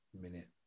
minute